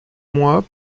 moi